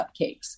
cupcakes